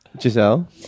Giselle